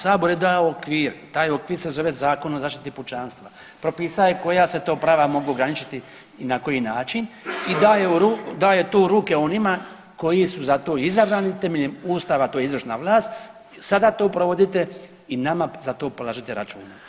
Sabor je dao okvir, taj okvir se zove Zakon o zaštiti pučanstava, popisao je koja se to prava mogu ograničiti i na koji način i daje to u ruke onima koji su za to izabrani, temeljem Ustava to je izvršna vlast, sada to provodite i nama za to polažete račun.